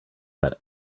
that